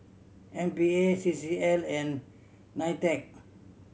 M P A C C L and NITEC